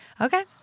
Okay